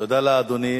תודה לאדוני.